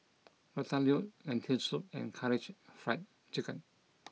Ratatouille Lentil Soup and Karaage Fried Chicken